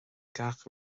gach